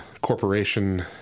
corporation